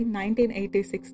1986